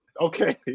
Okay